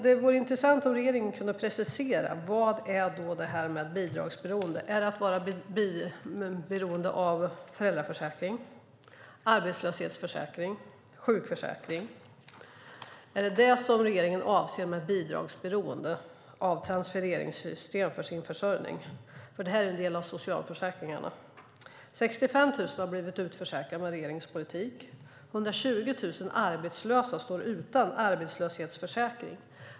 Det vore intressant om regeringen kunde precisera vad bidragsberoende är. Är det att vara beroende av föräldraförsäkring, arbetslöshetsförsäkring och sjukförsäkring? Är det vad regeringen avser med "beroende av vissa transfereringssystem för sin försörjning"? Det här är en del av socialförsäkringarna. 65 000 har blivit utförsäkrade med regeringens politik, och 120 000 arbetslösa står utan arbetslöshetsförsäkring.